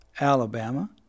Alabama